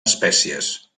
espècies